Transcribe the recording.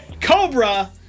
Cobra